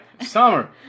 summer